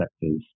sectors